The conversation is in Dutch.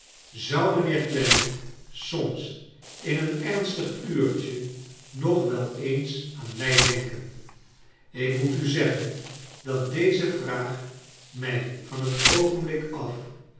zou mijnheer clennam soms in een ernstig uurtje nog wel eens aan mij denkea ik moet u zeggen dat deze vraag mij van het oogenblik af